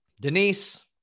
Denise